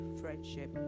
friendship